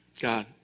God